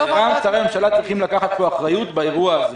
גם שרי הממשלה צריכים לקחת אחריות באירוע הזה,